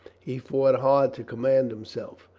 he fought hard to command himself.